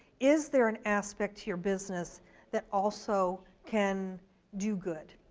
is there an aspect to your business that also can do good.